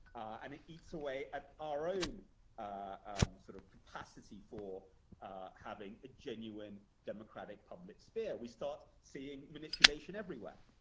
um it eats away at our own um sort of capacity for having a genuine democratic public sphere. we start seeing manipulation everywhere.